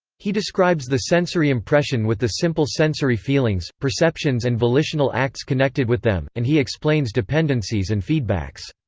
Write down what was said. he describes the sensory impression with the simple sensory feelings, perceptions and volitional acts connected with them, and he explains dependencies and feedbacks.